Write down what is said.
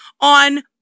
on